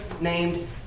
named